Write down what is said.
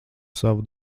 savu